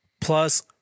plus